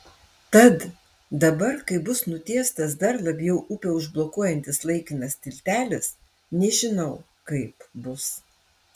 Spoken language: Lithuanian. tad dabar kai bus nutiestas dar labiau upę užblokuojantis laikinas tiltelis nežinau kaip bus